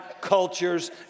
cultures